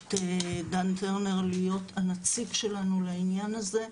את דן טרטר להיות הנציג שלנו לעניין הזה,